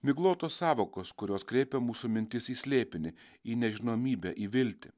miglotos sąvokos kurios kreipia mūsų mintis į slėpinį į nežinomybę į viltį